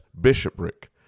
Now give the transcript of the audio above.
bishopric